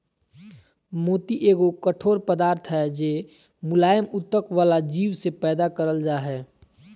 मोती एगो कठोर पदार्थ हय जे मुलायम उत्तक वला जीव से पैदा करल जा हय